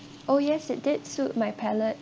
oh yes it did suit my palate